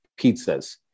pizzas